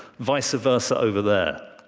vice versa over there.